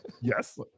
Yes